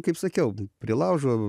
kaip sakiau prie laužo